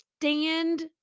stand